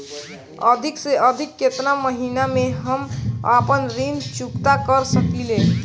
अधिक से अधिक केतना महीना में हम आपन ऋण चुकता कर सकी ले?